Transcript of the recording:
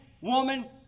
woman